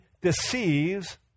deceives